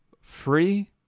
free